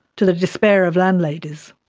to the despair of landladies.